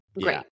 great